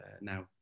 now